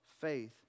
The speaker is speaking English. Faith